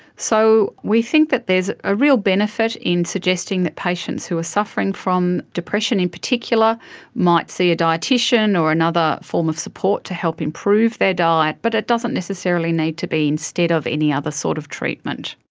so we think that there is a real benefit in suggesting that patients who are suffering from depression in particular might see a dietician or another form of support to help improve their diet, but it doesn't necessarily need to be instead of any other sort of treatment.